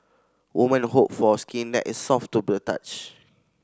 woman hope for skin that is soft to touch